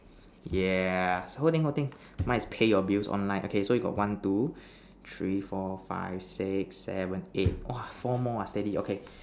yeah whole thing whole thing mine is pay your bills online okay so you got one two three four five six seven eight !wah! four more ah steady okay